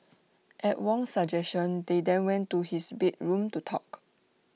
at Wong's suggestion they then went to his bedroom to talk